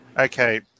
Okay